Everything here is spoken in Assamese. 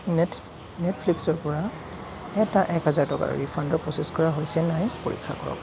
নেট নেটফ্লিক্সৰ পৰা এটা এক হাজাৰ টকাৰ ৰিফাণ্ড প্ৰ'চেছ কৰা হৈছে নাই পৰীক্ষা কৰক